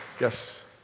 Yes